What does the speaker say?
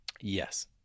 yes